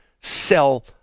sell